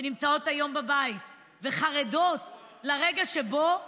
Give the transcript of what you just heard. שנמצאות היום בבית וחרדות מהרגע שבו